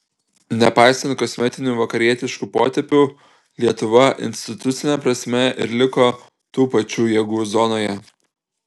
nepaisant kosmetinių vakarietiškų potėpių lietuva institucine prasme ir liko tų pačių jėgų zonoje